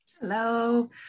Hello